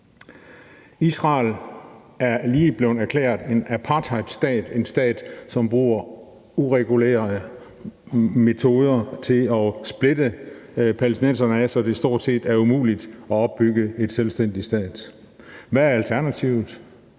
Israel er lige blevet erklæret en apartheidstat – en stat, som bruger uregulerede metoder til at splitte palæstinenserne ad, så det stort set er umuligt at opbygge en selvstændig stat. Hvad er alternativet?